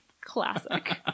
classic